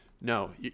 No